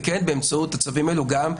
וכן באמצעות הצווים האלו גם,